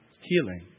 healing